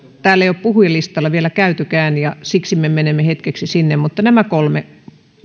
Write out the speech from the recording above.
täällä ei ole puhujalistalla vielä käytykään ja siksi me menemme hetkeksi sinne mutta nämä kolme